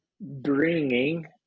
bringing